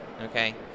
Okay